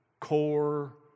core